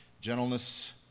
gentleness